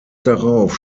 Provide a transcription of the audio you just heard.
darauf